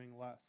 less